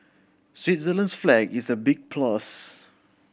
Switzerland's flag is a big plus